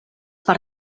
per